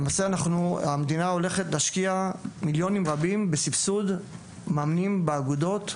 למעשה המדינה הולכת להשקיע מיליונים רבים בסיבסוד מאמנים האגודות.